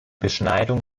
beschneidung